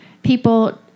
People